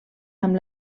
amb